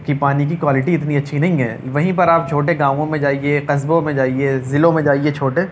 کہ پانی کی کوالٹی اتنی اچھی نہیں ہے وہیں پر آپ چھوٹے گاوؤں میں جائیے قصبوں میں جائیے ضلعوں میں جائیے چھوٹے